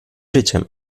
życiem